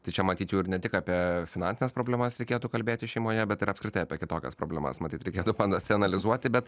tai čia matyt jau ir ne tik apie finansines problemas reikėtų kalbėti šeimoje bet ir apskritai apie kitokias problemas matyt reikėtų pasianalizuoti bet